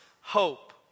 hope